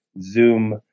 Zoom